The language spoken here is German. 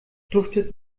duftet